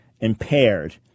impaired